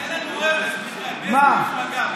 תן לנו רמז, מיכאל, מאיזו מפלגה?